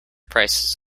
prices